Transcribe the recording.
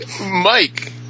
mike